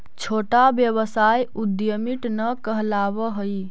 छोटा व्यवसाय उद्यमीट न कहलावऽ हई